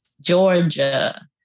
Georgia